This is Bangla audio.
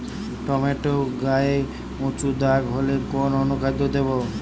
টমেটো গায়ে উচু দাগ হলে কোন অনুখাদ্য দেবো?